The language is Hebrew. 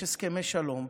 יש הסכמי שלום,